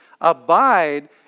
abide